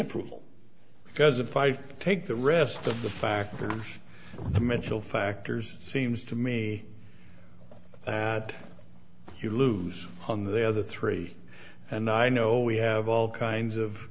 approval because of five take the rest of the factors in the mental factors seems to me that you lose on the other three and i know we have all kinds of